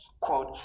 Quote